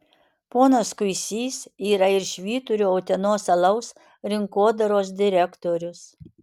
ponas kuisys yra ir švyturio utenos alaus rinkodaros direktorius